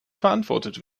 verantwortet